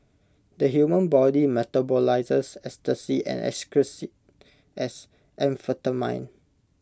the human body metabolises ecstasy and excretes IT as amphetamine